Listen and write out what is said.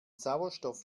sauerstoff